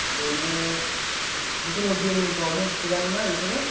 बेनो जेखुनु गेमिंफ्राव थिक आनोना बेफोरो